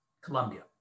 Colombia